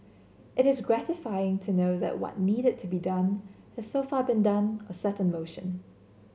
it is gratifying to know that what needed to be done has so far been done or set in motion